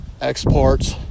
exports